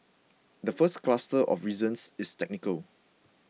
the first cluster of reasons is technical